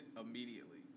Immediately